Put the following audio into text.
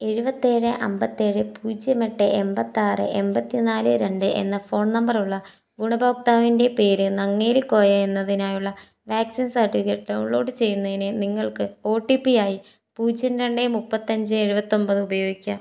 എഴുപത്തേഴ് അമ്പത്തേഴ് പൂജ്യം എട്ട് എൺപതാറ് എൺപതിനാല് രണ്ട് എന്ന ഫോൺ നമ്പറുള്ള ഗുണഭോക്താവിൻ്റെ പേര് നങ്ങേലി കോയ എന്നതിനായുള്ള വാക്സിൻ സർട്ടിഫിക്കറ്റ് ഡൗൺലോഡ് ചെയ്യുന്നതിന് നിങ്ങൾക്ക് ഒടിപി ആയി പൂജ്യം രണ്ട് മുപ്പത്തഞ്ച് എഴുപത്തൊമ്പത് ഉപയോഗിക്കാം